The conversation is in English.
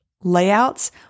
layouts